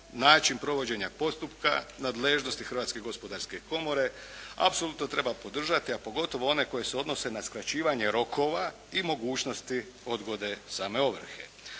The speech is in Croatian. način provođenja postupka, nadležnosti Hrvatske gospodarske komore apsolutno treba podržati a pogotovo one koji se odnose na skraćivanje rokova i mogućnosti odgode same ovrhe.